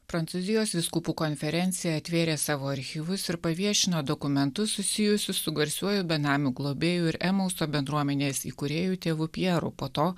prancūzijos vyskupų konferencija atvėrė savo archyvus ir paviešino dokumentus susijusius su garsiuoju benamių globėju ir emauso bendruomenės įkūrėjų tėvu pieru po to